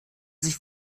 sich